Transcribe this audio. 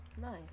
nice